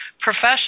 profession